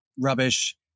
rubbish